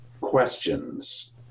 questions